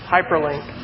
Hyperlink